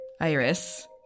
Iris